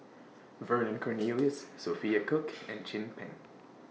Vernon Cornelius Sophia Cooke and Chin Peng